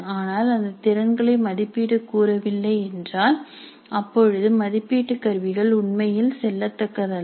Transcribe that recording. ஆனால் அந்த திறன்களை மதிப்பீடு கூறவில்லை என்றால் அப்பொழுது மதிப்பீட்டுக் கருவிகள் உண்மையில் செல்லத்தக்கதல்ல